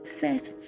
first